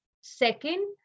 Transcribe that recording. Second